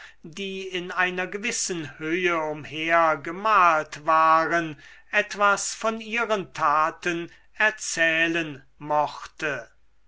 die in einer gewissen höhe umher gemalt waren etwas von ihren taten erzählen mochte